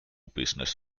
business